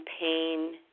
pain